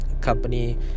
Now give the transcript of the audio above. company